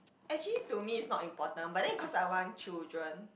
actually to me is not important but then it cause I want children